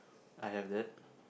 I have that